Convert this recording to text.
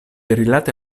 rilate